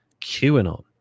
QAnon